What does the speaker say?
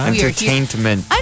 Entertainment